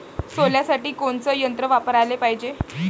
सोल्यासाठी कोनचं यंत्र वापराले पायजे?